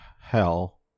hell